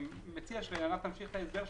אני מציע שרנה תמשיך את ההסבר שלה.